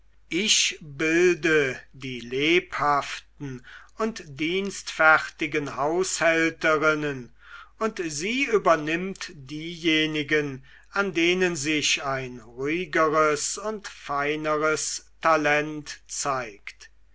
ich bilde die lebhaften und dienstfertigen haushälterinnen und sie übernimmt diejenigen an denen sich ein ruhigeres und feineres talent zeigt